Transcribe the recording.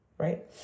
Right